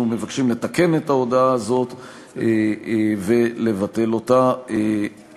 אנחנו מבקשים לתקן את ההודעה הזאת ולבטל אותה